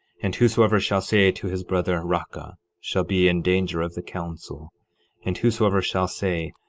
and whosoever shall say to his brother, raca, shall be in danger of the council and whosoever shall say,